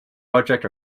project